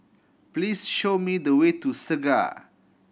please show me the way to Segar